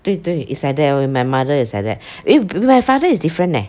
对对 it's like that with my mother is like that eh my father is different eh